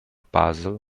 puzzle